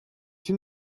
une